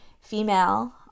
female